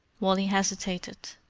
wally hesitated.